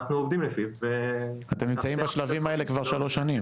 אנחנו עובדים לפיהם ו --- אתם נמצאים בשלבים האלה כבר שלוש שנים.